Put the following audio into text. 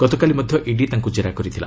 ଗକତାଲି ମଧ୍ୟ ଇଡି ତାଙ୍କୁ ଜେରା କରିଥିଲା